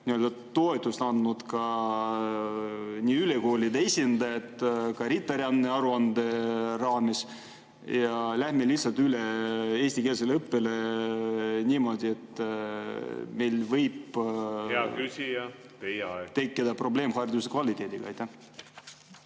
on toetust andnud ka ülikoolide esindajad, ka RITA-rände aruande raames, ja läheme lihtsalt üle eestikeelsele õppele niimoodi, et meil võib tekkida probleem hariduse kvaliteediga?